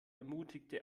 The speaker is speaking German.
ermutigte